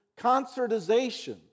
concertization